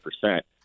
percent